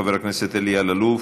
חבר הכנסת אלי אלאלוף,